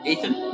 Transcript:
Ethan